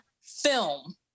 film